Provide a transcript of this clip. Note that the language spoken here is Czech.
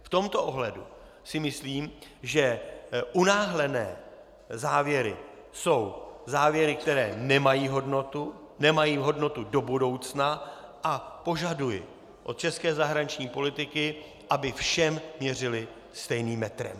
V tomto ohledu si myslím, že unáhlené závěry jsou závěry, které nemají hodnotu do budoucna, a požaduji od české zahraniční politiky, aby všem měřili stejným metrem.